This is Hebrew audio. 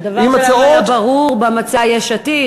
הדבר היה ברור במצע יש עתיד,